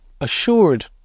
assured